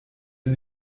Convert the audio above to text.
sie